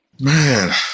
Man